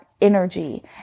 energy